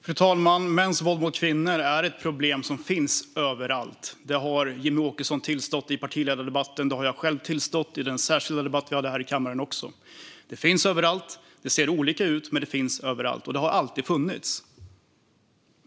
Fru talman! Mäns våld mot kvinnor är ett problem som finns överallt; det har Jimmie Åkesson tillstått i partiledardebatten, och det har jag själv tillstått i den särskilda debatt som vi hade här i kammaren. Det finns överallt. Det ser olika ut, men det finns överallt och har alltid funnits.